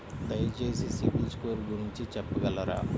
దయచేసి సిబిల్ స్కోర్ గురించి చెప్పగలరా?